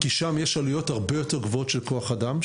כי שם יש עלויות הרבה יותר גבוהות של כוח אדם,